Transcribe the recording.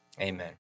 amen